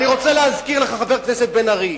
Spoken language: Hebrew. אני רוצה להזכיר לך, חבר הכנסת בן-ארי,